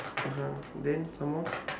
(uh huh) and then some more